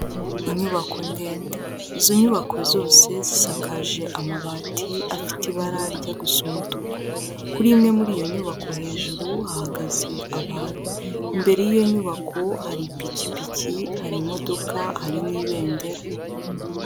Inyubako ndende izo nyubako zose zisakaje amabati afite ibara rijya gusa umutuku, kuri imwe muri iyo nyubako hejuru hahagaze abantu, imbere y'iyo nyubako hari ipikipiki, hari imodoka, hari n'ibendera.